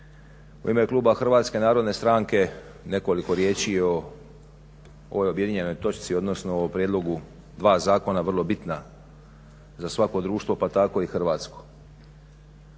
U ime Kluba HNS-a nekoliko riječi o ovoj objedinjenoj točci odnosno o prijedlogu dva zakona vrlo bitna za svako društvo pa tako i hrvatsko.